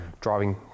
driving